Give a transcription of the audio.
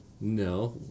No